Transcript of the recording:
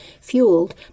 fueled